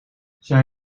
zij